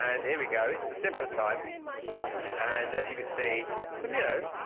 and here we go it's the simpler times and as you can see some, you know,